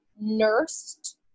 nursed